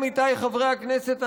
עמיתיי חברי הכנסת,